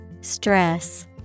Stress